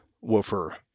woofer